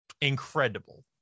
incredible